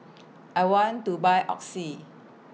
I want to Buy Oxy